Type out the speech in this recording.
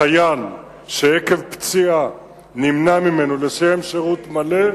חייל שעקב פציעה נמנע ממנו לסיים שירות מלא,